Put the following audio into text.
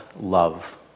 love